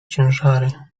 ciężary